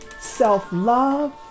self-love